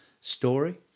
story